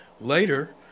Later